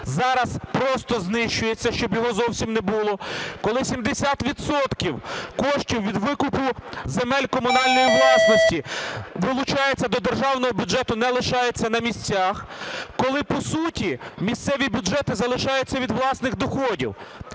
зараз просто знищується, щоб його зовсім не було. Коли 70 відсотків коштів від викупу земель комунальної власності долучаються до державного бюджету, не лишаються на місцях, коли по суті місцеві бюджети залишаються від власних доходів.